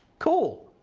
cool.